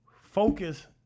Focus